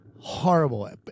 horrible